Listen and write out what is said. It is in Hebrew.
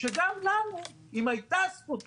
שגם לנו, אם הייתה זכות בחירה,